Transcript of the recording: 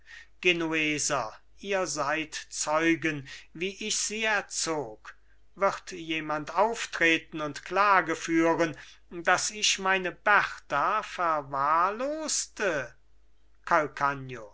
genueser ihr seid zeugen wie ich sie erzog wird jemand auftreten und klage führen daß ich meine berta verwahrloste